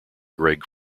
greg